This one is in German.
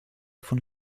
von